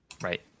Right